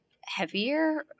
heavier